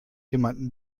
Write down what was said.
jemanden